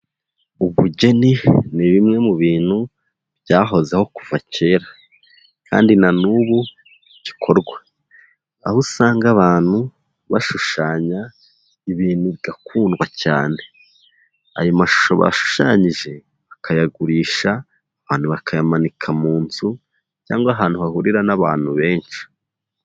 Ubugeni ni bimwe mu bintu byahozeho kuva kera, kandi na n'ubu bigikorwa, aho usanga abantu bashushanya ibintu bigakundwa cyane, ayo mashusho bashushanyije bakayagurisha abantu bakayamanika mu nzu, cyangwa ahantu hahurira n'abantu benshi.